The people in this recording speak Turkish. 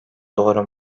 doğru